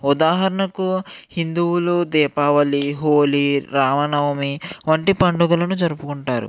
ఉదాహరణకు హిందువులు దీపావళి హోలీ రామనవమి వంటి పండగలను జరుపుకుంటారు